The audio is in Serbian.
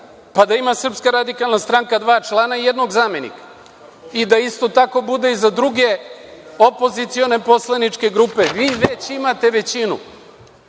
pa da ima SRS dva člana i jednog zamenika i da isto tako bude i za druge opozicione poslaničke grupe. Vi već imate većinu